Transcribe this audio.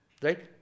Right